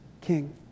king